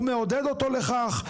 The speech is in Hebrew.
הוא מעודד אותו לכך,